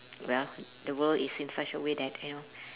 well the world is in such a way that you know